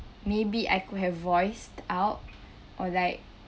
maybe I could have voiced out or like